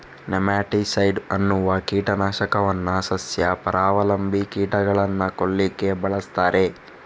nematicide ಅನ್ನುವ ಕೀಟ ನಾಶಕವನ್ನ ಸಸ್ಯ ಪರಾವಲಂಬಿ ಕೀಟಗಳನ್ನ ಕೊಲ್ಲಿಕ್ಕೆ ಬಳಸ್ತಾರೆ